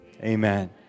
Amen